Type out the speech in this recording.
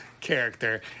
character